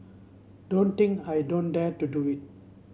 don't think I don't dare to do it